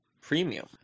Premium